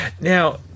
Now